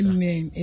Amen